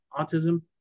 autism